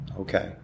Okay